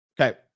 Okay